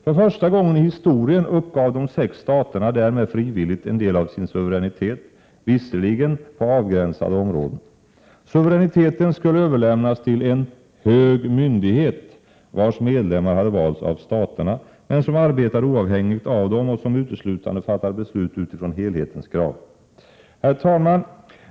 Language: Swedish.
För första gången i historien uppgav de sex staterna därmed frivilligt en del av sin suveränitet, visserligen på avgränsade områden. Suveräniteten skulle överlämnas till en ”hög myndighet”, vars medlemmar hade valts av staterna, men som arbetade oavhängigt av dem och som uteslutande fattade beslut utifrån helhetens krav. Herr talman!